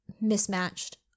mismatched